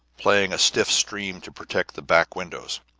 playing a stiff stream to protect the back windows.